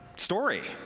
Story